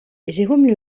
jérôme